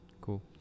Cool